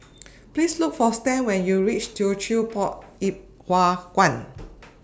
Please Look For Stan when YOU REACH Teochew Poit Ip Huay Kuan